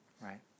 right